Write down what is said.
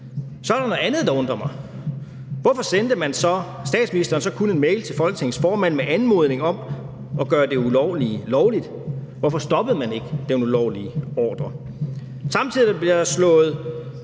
så er der noget andet, der undrer mig. Hvorfor sendte statsministeren så kun en mail til Folketingets formand med anmodning om at gøre det ulovlige lovligt? Hvorfor stoppede man ikke den ulovlige ordre? Samtidig bliver der sået